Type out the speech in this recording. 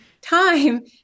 time